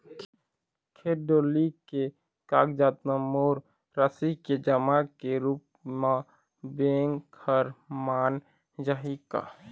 खेत डोली के कागजात म मोर राशि के जमा के रूप म बैंक हर मान जाही का?